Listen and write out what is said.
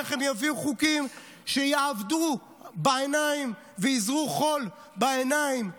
איך הם יביאו חוקים שיעבדו בעיניים ויזרו חול בעיניים